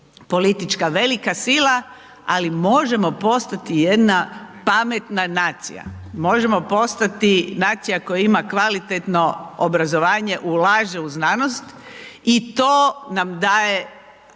politička velika sila, ali možemo postati jedna pametna nacija. Možemo postati nacija koja ima kvalitetno obrazovanje, ulaže u znanost i to nam daje